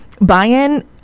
buy-in